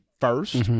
first